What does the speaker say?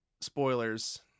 spoilers